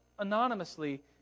Anonymously